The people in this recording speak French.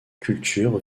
cultures